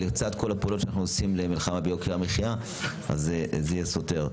ולצד כל הפעולות שאנחנו עושים למלחמה ביוקר המחיה זה יהיה סותר.